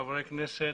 חברי כנסת,